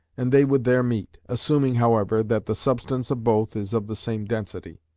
and they would there meet, assuming, however, that the substance of both is of the same density.